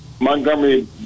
Montgomery